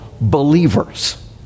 believers